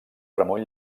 ramon